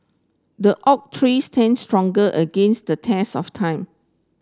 the oak tree stand strong against the test of time